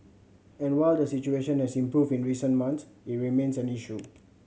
and while the situation has improved in recent months it remains an issue